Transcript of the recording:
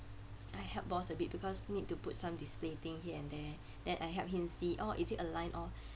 I helped boss a bit because need to put some display thing here and there then I helped him see orh is it aligned or